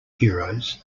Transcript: heroes